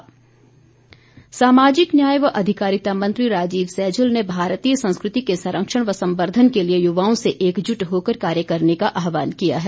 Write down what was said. सैजल सामाजिक न्याय व अधिकारिता मंत्री राजीव सैजल ने भारतीय संस्कृति के संरक्षण व संवर्द्वन के लिए युवाओं से एकजुट होकर कार्य करने का आहवान किया है